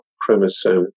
chromosome